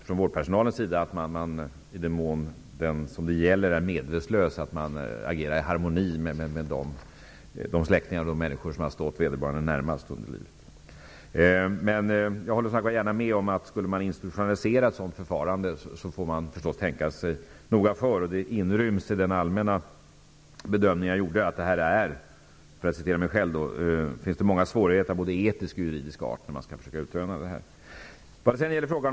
Från vårdpersonalens sida vill man säkert känna att man handlar i harmoni med de släktingar och människor som stått vederbörande närmast under livet, om patienten i fråga är medvetslös. Jag håller med om att om ett sådant förfarande skulle institutionliseras får man förstås tänka sig noga för, och det inryms i den allmänna bedömning jag gjorde. Det finns, som jag sade, många svårigheter av både etisk och juridisk art vid utrönandet av detta.